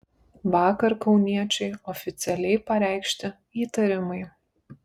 vakar kauniečiui oficialiai pareikšti įtarimai